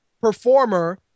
performer